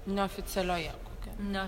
neoficialioje kokioje ne